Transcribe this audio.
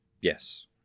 Yes